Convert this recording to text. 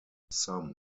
some